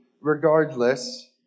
Regardless